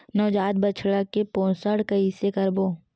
नवजात बछड़ा के पोषण कइसे करबो?